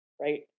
right